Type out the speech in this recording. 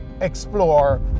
explore